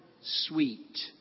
sweet